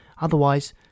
otherwise